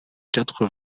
quatre